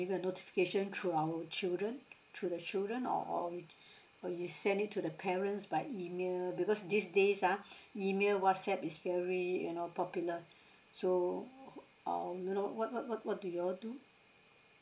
maybe a notification through our children through the children or or or you send it to the parents by email because these days ah email whatsapp is very you know popular so um you know what what what what do you all do